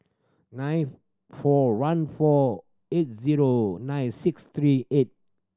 nine four one four eight zero nine six three eight